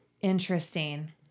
Interesting